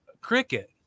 cricket